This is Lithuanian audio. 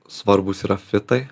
svarbūs yra fitai